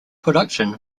production